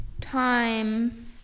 time